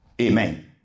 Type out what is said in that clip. Amen